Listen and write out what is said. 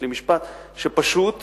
אשלים משפט, שפשוט